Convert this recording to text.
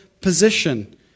position